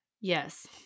Yes